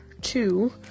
two